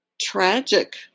tragic